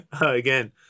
again